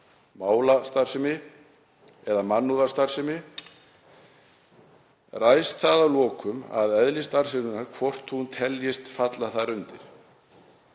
„menningarmálastarfsemi“ eða „mannúðarstarfsemi“ ræðst það að lokum af eðli starfseminnar hvort hún teljist falla þar undir.